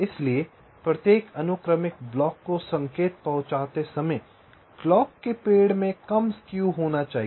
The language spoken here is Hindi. इसलिए प्रत्येक अनुक्रमिक ब्लॉक को संकेत पहुंचाते समय क्लॉक के पेड़ में कम स्क्यू होना चाहिए